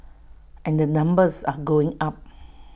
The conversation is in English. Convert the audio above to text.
and the numbers are going up